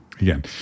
again